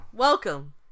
Welcome